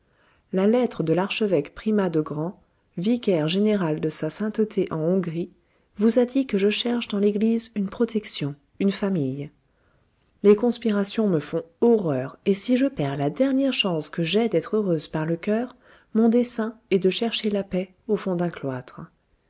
la lettre de l'archevêque primat de gran vicaire général de sa sainteté en hongrie vous a dit que je cherche dans l'eglise une protection une famille les conspirations me font horreur et si je perds la dernière chance que j'ai d'être heureuse par le coeur mon dessein est de chercher la paix au fond d'un cloître